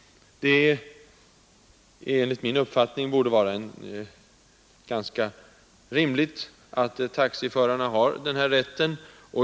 Det är enligt min uppfattning rimligt att taxiförarna ges rätten att slippa tobaksrök på sin arbetsplats.